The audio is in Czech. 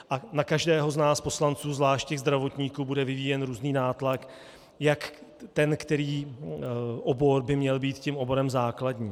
A na každého z nás poslanců, zvláště zdravotníků, bude vyvíjen různý nátlak, jak ten který obor by měl být tím oborem základním.